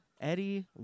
Eddie